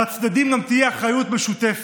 אבל לצדדים גם תהיה אחריות משותפת.